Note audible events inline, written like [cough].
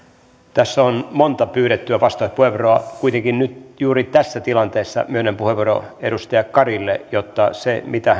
tässä on monta pyydettyä vastauspuheenvuoroa kuitenkin nyt juuri tässä tilanteessa myönnän puheenvuoron edustaja emma karille jotta se mitä [unintelligible]